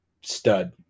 stud